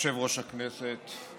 יושב-ראש הכנסת,